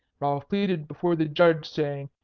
ralph pleaded before the judge saying,